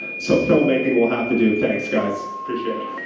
so filmmaking will have to do. thanks, guys. appreciate it.